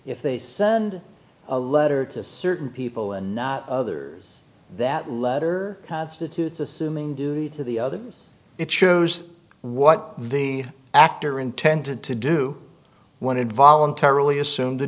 if they send a letter to certain people and not others that letter constitutes assuming duty to the others it shows what the actor intended to do when it voluntarily assumed